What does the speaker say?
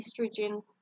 estrogen